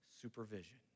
supervision